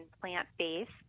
plant-based